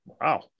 Wow